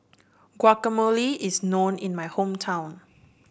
guacamole is known in my hometown